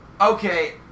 Okay